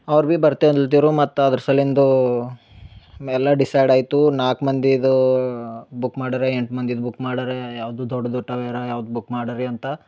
ಅವ್ರ ಬಿ ಬರ್ತೆ ಅಲ್ದಿರು ಮತ್ತೆ ಅದ್ರ ಸಲ್ಲಿಂದೂ ಎಲ್ಲ ಡಿಸೈಡ್ ಆಯಿತು ನಾಲ್ಕು ಮಂದಿದೂ ಬುಕ್ ಮಾಡೆರೆ ಎಂಟು ಮಂದಿದ ಬುಕ್ ಮಾಡರೇ ಯಾವುದು ದೊಡ್ದು ಟಾವೇರಾ ಯಾವ್ದ ಬುಕ್ ಮಾಡರಿ ಅಂತ